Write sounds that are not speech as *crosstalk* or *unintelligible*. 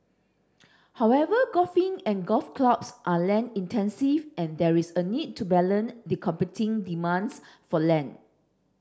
however golfing and golf clubs are land intensive and there is a need to *unintelligible* the competing demands for land